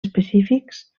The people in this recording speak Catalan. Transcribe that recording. específics